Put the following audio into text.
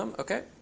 um ok.